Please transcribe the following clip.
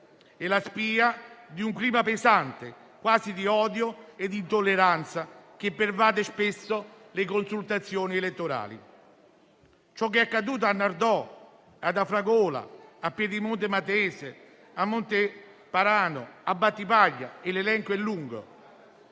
e la spia di un clima pesante, quasi di odio e di intolleranza, che pervade spesso le consultazioni elettorali. Ciò che è accaduto a Nardò, ad Afragola, a Piedimonte Matese, a Monteparano, a Battipaglia - e l'elenco è lungo